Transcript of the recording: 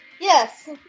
Yes